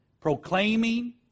Proclaiming